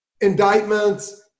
indictments